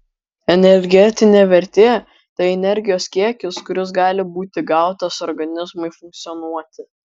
energetinė vertė tai energijos kiekis kuris gali būti gautas organizmui funkcionuoti